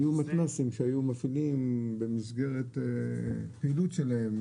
היו מתנ"סים שהיו מפעילים במסגרת הפעילות שלהם